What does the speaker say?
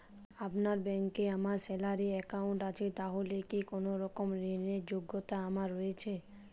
আপনার ব্যাংকে আমার স্যালারি অ্যাকাউন্ট আছে তাহলে কি কোনরকম ঋণ র যোগ্যতা আমার রয়েছে?